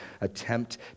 attempt